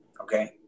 Okay